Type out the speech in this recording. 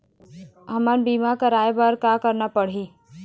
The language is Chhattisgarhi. हमन बीमा कराये बर का करना पड़ही?